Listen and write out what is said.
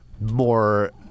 more